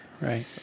Right